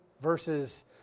versus